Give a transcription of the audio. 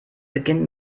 beginnt